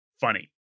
funny